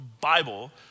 Bible